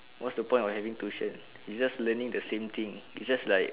what's the point of having tuition it's just learning the same thing it's just like